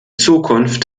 zukunft